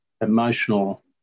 emotional